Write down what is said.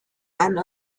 and